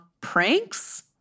pranks